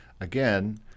again